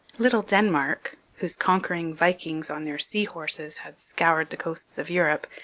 little denmark, whose conquering vikings on their sea horses had scoured the coasts of europe,